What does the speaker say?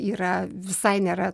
yra visai nėra